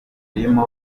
birimo